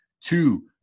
Two